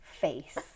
face